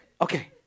Okay